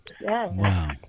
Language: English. Wow